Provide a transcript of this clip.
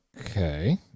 Okay